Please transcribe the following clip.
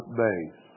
base